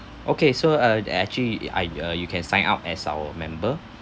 okay so uh the actually I uh you can sign up as our member